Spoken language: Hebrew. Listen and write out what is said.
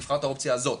תבחר באופציה הזאת,